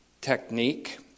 technique